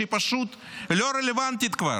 שהיא פשוט לא רלוונטית כבר.